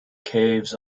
caves